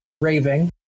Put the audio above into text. raving